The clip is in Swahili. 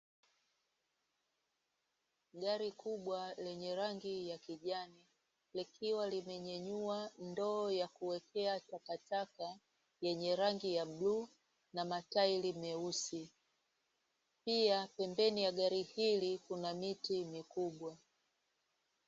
Gari kubwa lenye rangi ya kijani, likiwa limenyanyua ndoo ya kuwekea takataka lenye rangi ya buluu na matairi meusi. Pia pembeni ya gari hili kuna miti mikubwa.